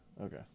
Okay